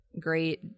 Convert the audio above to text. great